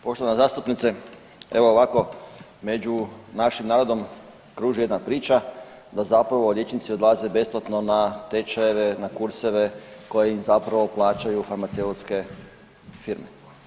Poštovana zastupnice, evo ovako među našim narodom kruži jedna priča da zapravo liječnici odlaze besplatno na tečajeve, na kurseve koje im zapravo plaćaju farmaceutske firme.